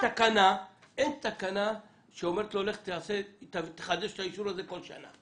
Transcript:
אין תקנה שאומרת לו לך תחדש את האישור הזה כל שנה.